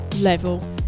level